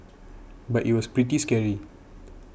but it was pretty scary